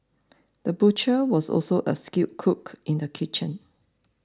the butcher was also a skilled cook in the kitchen